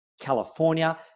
California